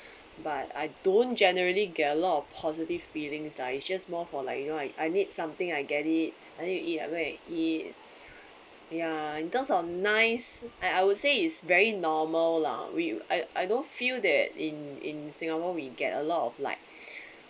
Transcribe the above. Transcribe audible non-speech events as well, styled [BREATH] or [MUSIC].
but I don't generally get a lot of positive feelings ah it's just more for like you know I I need something I get it I need to eat I go to eat ya in terms of nice I I would say is very normal lah we I I don't feel that in in singapore we get a lot of like [BREATH]